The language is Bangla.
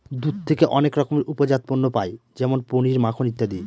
দুধ থেকে অনেক রকমের উপজাত পণ্য পায় যেমন পনির, মাখন ইত্যাদি